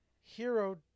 hero